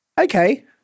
Okay